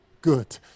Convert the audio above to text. Good